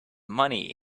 money